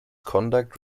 conduct